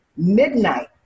midnight